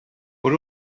por